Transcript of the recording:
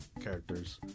characters